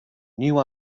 new